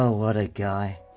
ah what a guy.